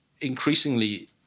increasingly